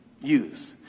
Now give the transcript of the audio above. use